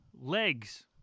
Legs